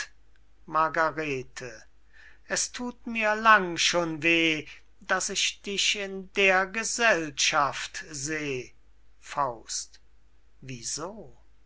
es thut mir lang schon weh daß ich dich in der gesellschaft seh wie so